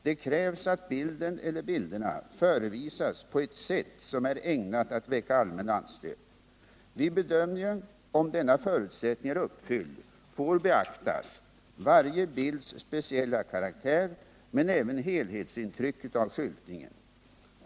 Det krävs att bilden eller bilderna förevisas på ett sätt som är ägnat att väcka allmän anstöt. Vid bedömningen om denna förutsättning är uppfylld får beaktas varje bilds speciella karaktär men även helhetsintrycket av skyltningen.